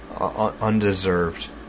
undeserved